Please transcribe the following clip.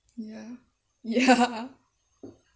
ya ya